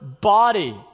body